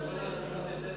חבר הכנסת כהן,